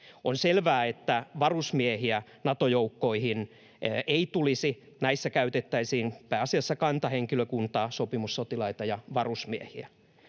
On selvää, että varusmiehiä Nato-joukkoihin ei tulisi. Näissä käytettäisiin pääasiassa kantahenkilökuntaa, sopimussotilaita ja varusmiehiä.